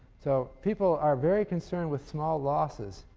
so people are very concerned with small losses